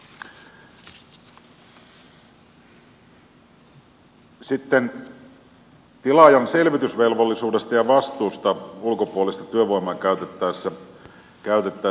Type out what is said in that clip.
sitten tilaajan selvitysvelvollisuudesta ja vastuusta ulkopuolista työvoimaa käytettäessä